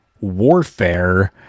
warfare